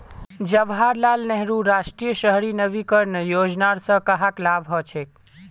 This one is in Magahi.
जवाहर लाल नेहरूर राष्ट्रीय शहरी नवीकरण योजनार स कहाक लाभ हछेक